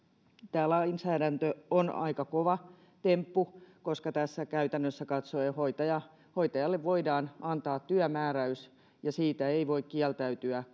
tämä lainsäädäntö on aika kova temppu koska tässä käytännössä katsoen hoitajalle voidaan antaa työmääräys ja siitä ei voi kieltäytyä